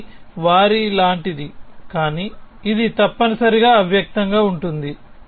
ఇది వారి లాంటిది కానీ ఇది తప్పనిసరిగా అవ్యక్తంగా ఉంటుంది